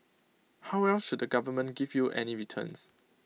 how else should the government give you any returns